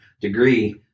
degree